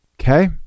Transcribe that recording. Okay